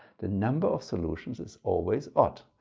the number of solutions is always odd!